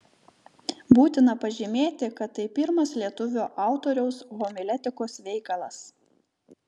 būtina pažymėti kad tai pirmas lietuvio autoriaus homiletikos veikalas